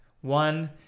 One